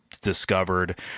discovered